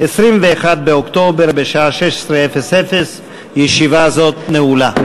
21 באוקטובר, בשעה 16:00. ישיבה זאת נעולה.